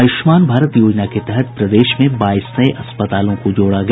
आयुष्मान भारत योजना के तहत प्रदेश में बाईस नये अस्पतालों को जोड़ा गया